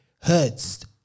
hurts